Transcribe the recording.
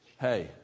Hey